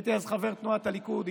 הייתי אז חבר תנועת הליכוד.